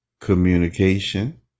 communication